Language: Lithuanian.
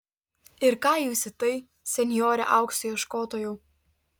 ir ką jūs į tai senjore aukso ieškotojau